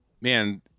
man